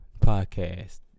podcast